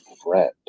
friend